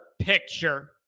picture